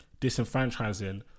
disenfranchising